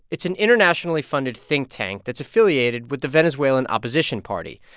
it's an internationally funded think tank that's affiliated with the venezuelan opposition party.